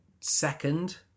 second